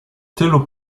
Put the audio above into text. tylu